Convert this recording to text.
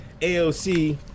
AOC